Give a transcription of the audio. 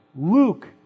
Luke